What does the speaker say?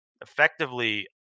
effectively